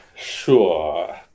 Sure